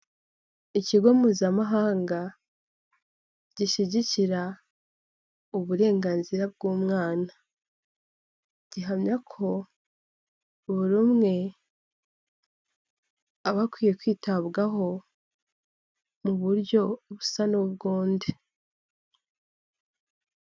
Ikigo mpuzamahanga gishyigikira uburenganzira bw'umwana, gihamya ko buri umwe aba akwiye kwitabwaho, mu buryo busa n'ubwundi.